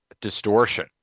distortion